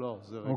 לא, זה רגילה.